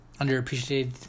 underappreciated